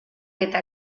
eta